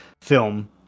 film